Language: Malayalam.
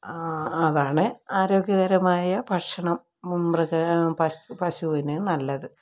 ആ അതാണ് ആരോഗ്യകരമായ ഭക്ഷണം മൃഗം പശു പശൂന് നല്ലത്